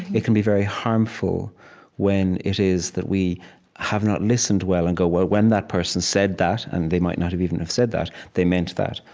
it can be very harmful when it is that we have not listened well and go, well, when that person said that and they might not have even have said that they meant that.